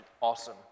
awesome